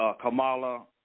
Kamala